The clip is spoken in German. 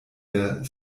der